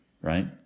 right